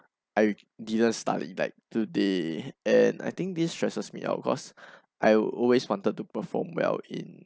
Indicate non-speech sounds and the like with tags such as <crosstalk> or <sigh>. I didn't study like today and I think this stresses me out cause <breath> I always wanted to perform well in